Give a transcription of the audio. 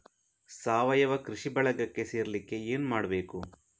ಸಾವಯವ ಕೃಷಿ ಬಳಗಕ್ಕೆ ಸೇರ್ಲಿಕ್ಕೆ ಏನು ಮಾಡ್ಬೇಕು?